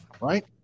Right